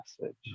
message